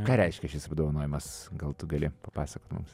ką reiškia šis apdovanojimas gal tu gali papasakot mums